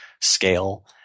scale